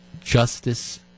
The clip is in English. justice